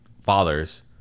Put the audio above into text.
fathers